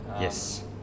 Yes